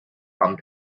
amb